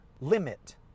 limit